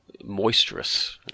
moisturous